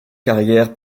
carrière